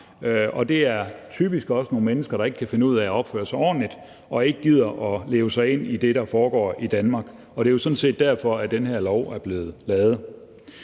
og der er typisk også tale om nogle mennesker, der ikke kan finde ud af at opføre sig ordentligt og ikke gider at leve sig ind i det, der foregår i Danmark. Og det er jo sådan set derfor, at den her lov er blevet lavet.